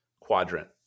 quadrant